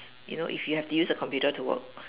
you know if you have to use a computer to work